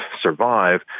survive